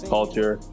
Culture